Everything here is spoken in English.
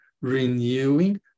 renewing